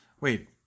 Wait